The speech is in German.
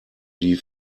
die